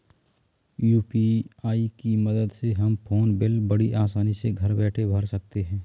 UPI की मदद से हम फ़ोन बिल बड़ी आसानी से घर बैठे भर सकते हैं